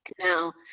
now